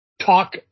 talk